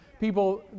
people